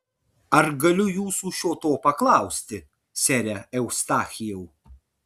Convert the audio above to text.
ar galiu jūsų šio to paklausti sere eustachijau